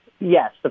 yes